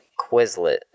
Quizlet